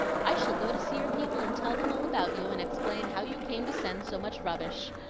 i shall go to see your people and tell them all about you, and explain how you came to send so much rubbish.